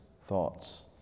thoughts